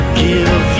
give